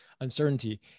uncertainty